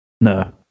No